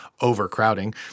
overcrowding